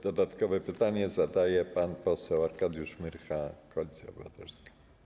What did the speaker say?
Dodatkowe pytanie zadaje pan poseł Arkadiusz Myrcha, Koalicja Obywatelska.